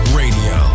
radio